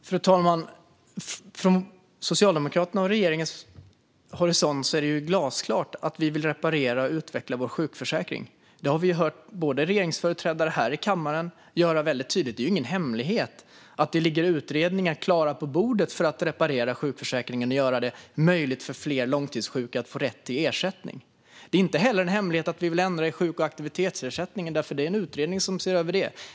Fru talman! Från Socialdemokraternas och regeringens horisont är det glasklart att vi vill reparera och utveckla vår sjukförsäkring. Det har vi hört regeringsföreträdare här i kammaren tydliggöra väldigt klart. Det är ingen hemlighet att det ligger utredningar klara på bordet för att reparera sjukförsäkringen och göra det möjligt för fler långtidssjuka att få rätt till ersättning. Det är inte heller någon hemlighet att vi vill ändra i sjuk och aktivitetsersättningen. Det finns en utredning som ser över det.